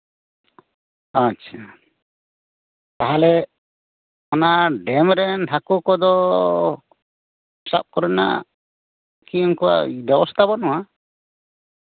ᱟᱪᱪᱷᱟ ᱛᱟᱦᱚᱞᱮ ᱚᱱᱟ ᱰᱮᱢ ᱨᱮᱱ ᱦᱟᱹᱠᱩ ᱠᱚᱫᱚ ᱥᱟᱵ ᱠᱚᱨᱮᱱᱟᱜ ᱠᱤ ᱚᱱᱠᱟ ᱵᱮᱵᱚᱥᱛᱷᱟ ᱵᱟᱹᱱᱩᱜᱼᱟ